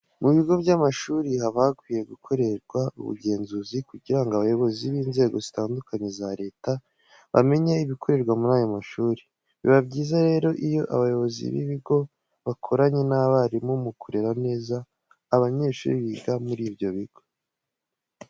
Mu bigo by'amashuri haba hakwiye gukorerwa ubugenzuzi kugirango abayobozi b'inzego zitandukanye za leta bamenye ibikorerwa muri ayo mashuri. Biba byiza rero iyo abayobozi b'ibi bigo bakoranye n'abarimu mu kurera neza abanyeshuri biga muri ibyo bigo.